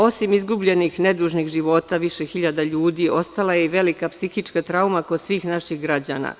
Osim izgubljenih nedužnih života više hiljada ljudi, ostala je i velika psihička trauma kod svih naših građana.